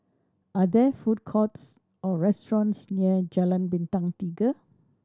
are there food courts or restaurants near Jalan Bintang Tiga